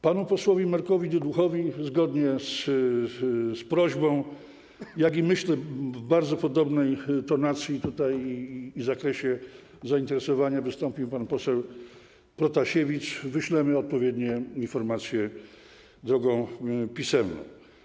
Panu posłowi Markowi Dyduchowi zgodnie z prośbą - myślę, że w bardzo podobnej tonacji i zakresie zainteresowania wystąpił tutaj pan poseł Protasiewicz - wyślemy odpowiednie informacje drogą pisemną.